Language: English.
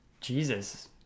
Jesus